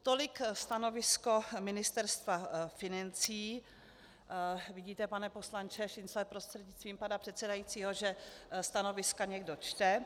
Tolik stanovisko Ministerstva financí vidíte, pane poslanče Šincle prostřednictvím pana předsedajícího, že stanoviska někdo čte.